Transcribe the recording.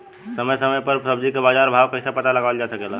समय समय समय पर सब्जी क बाजार भाव कइसे पता लगावल जा सकेला?